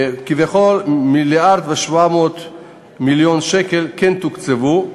כביכול מיליארד ו-700 מיליון שקל כן תוקצבו.